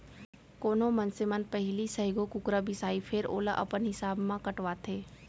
कोनो मनसे मन पहिली सइघो कुकरा बिसाहीं फेर ओला अपन हिसाब म कटवाथें